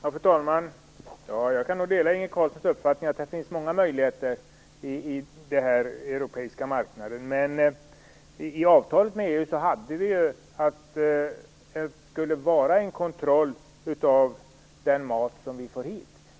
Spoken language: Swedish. Fru talman! Jag kan nog dela Inge Carlssons uppfattning att det finns många möjligheter i den europeiska marknaden. Men i avtalet med EU skrevs det ju in att det skulle ske en kontroll av de matvaror som vi får hit.